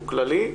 הוא כללי,